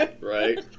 Right